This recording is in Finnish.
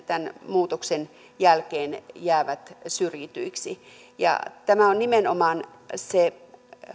tämän muutoksen jälkeen jäävät syrjityiksi tämä on nimenomaan se